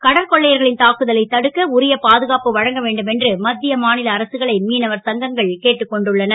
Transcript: கடற்கொள்ளையர்களின் தாக்குதலை தடுக்க உரிய பாதுகாப்பு வழங்க வேண்டும் என்று மத் ய மா ல அரசுகளை மீனவச் சங்கங்கள் கேட்டுக் கொண்டுள்ளன